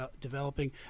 developing